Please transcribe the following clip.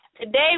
Today